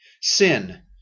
Sin